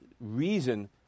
reason